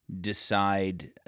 decide